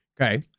Okay